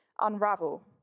unravel